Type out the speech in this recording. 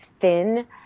thin